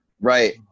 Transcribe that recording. Right